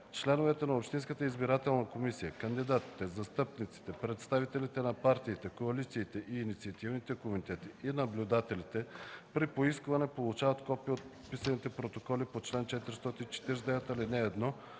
Членовете на общинската избирателна комисия, кандидатите, застъпниците, представителите на партиите, коалициите и инициативните комитети и наблюдателите при поискване получават копие от подписаните протоколи по чл. 449, ал. 1,